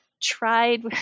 tried